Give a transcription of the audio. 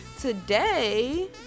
today